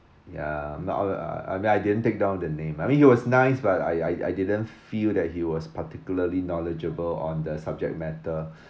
ya not I uh I mean I didn't take down the name I mean he was nice but I I didn't feel that he was particularly knowledgeable on the subject matter